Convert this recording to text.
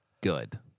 good